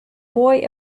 boy